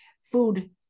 food